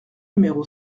numéro